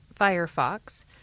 Firefox